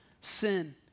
sin